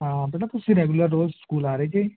ਹਾਂ ਬੇਟਾ ਤੁਸੀਂ ਰੈਗੂਲਰ ਰੋਜ਼ ਸਕੂਲ ਆ ਰਹੇ ਜੇ